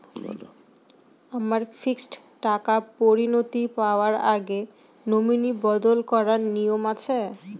আমার ফিক্সড টাকা পরিনতি পাওয়ার আগে নমিনি বদল করার নিয়ম আছে?